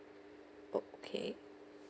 okay